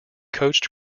coached